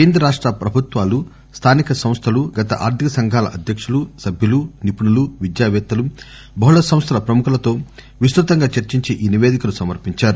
కేంద్ర రాష్ట ప్రభుత్వాలు స్టానిక సంస్థలు గత ఆర్దిక సంఘాల అధ్యకులు స సభ్యులు నిపుణులు నివిద్యాపేత్తలు బ ిబహుళ స సంస్థల ప్రముఖులతో విస్తృతంగా చర్చించి ఈ నిపేదికను సమర్పించారు